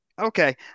okay